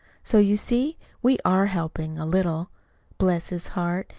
so you see, we are helping a little bless his heart!